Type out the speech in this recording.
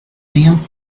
them